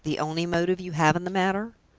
is it the only motive you have in the matter?